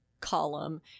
column